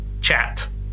chat